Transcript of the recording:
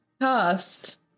cast